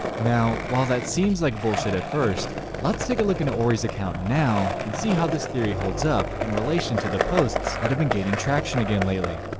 now while that seems like bullshit at first let's take a look into ories account now and see how this theory holds up in relation to the posts that have been gaining traction again lately